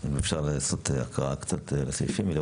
אם אפשר לעשות הקראה קצת בסעיפים.